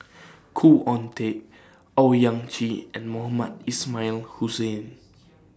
Khoo Oon Teik Owyang Chi and Mohamed Ismail Hussain